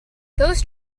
those